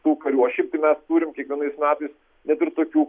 tų karių o šiaip tai mes turim kiekvienais metais net ir tokių